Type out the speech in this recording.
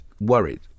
worried